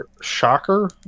shocker